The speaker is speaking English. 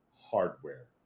hardware